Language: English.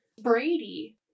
Brady